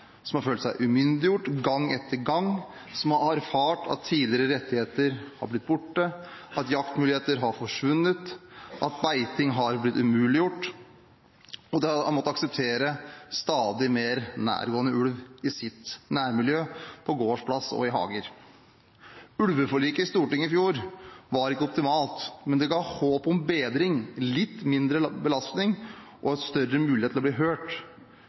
som har følt seg umyndiggjort gang etter gang, som har erfart at tidligere rettigheter har blitt borte, at jaktmuligheter har forsvunnet, at beiting har blitt umuliggjort, og som har måttet akseptere stadig mer nærgående ulv i sitt nærmiljø, på gårdsplasser og i hager. Ulveforliket i Stortinget i fjor var ikke optimalt, men det ga håp om bedring, litt mindre belastning og større mulighet til å bli hørt.